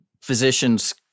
physicians